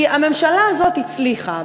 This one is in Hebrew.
כי הממשלה הזאת הצליחה,